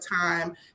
time